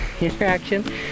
interaction